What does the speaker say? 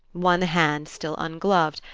one hand still ungloved,